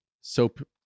soap